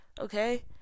Okay